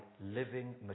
living